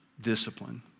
discipline